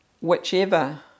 whichever